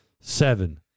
Seven